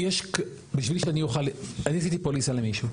יש, בשביל שאני אוכל, אני עשיתי פוליסה למישהו.